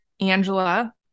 angela